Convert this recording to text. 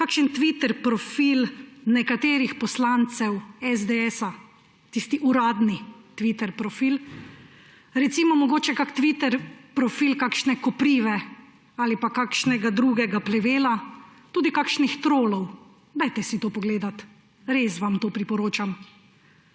kakšen Twitter profil nekaterih poslancev SDS, tisti uradni Twitter profil. Recimo, mogoče kak Twitter profil kakšne koprive ali pa kakšnega drugega plevela, tudi kakšnih trolov. Dajte si to pogledati. Res vam to priporočam,